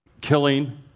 killing